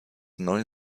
neue